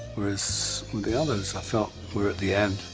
whereas with the others i felt we were at the end.